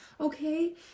okay